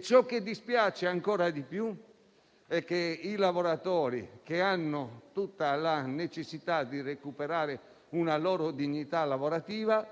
ciò che dispiace ancora di più è che i lavoratori, che devono poter recuperare una loro dignità lavorativa,